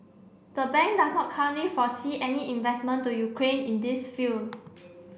the bank does not currently foresee any investment to Ukraine in this field